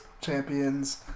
champions